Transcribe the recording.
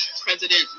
president